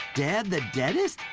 dan the dentist?